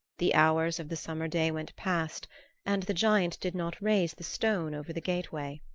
the hours of the summer day went past and the giant did not raise the stone over the gateway.